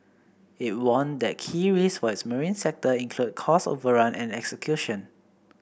it warned that key risks for its marine sector include cost overrun and execution